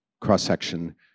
cross-section